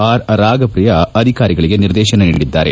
R Ragapriya ಅಧಿಕಾರಿಗಳಿಗೆ ನಿರ್ದೇಶನ ನೀಡಿದ್ದಾರೆ